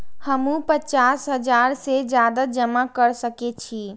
हमू पचास हजार से ज्यादा जमा कर सके छी?